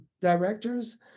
directors